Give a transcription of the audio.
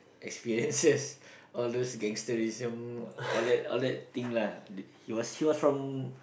experiences all those gangsterism all that all that thing lah he was he was from